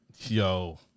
Yo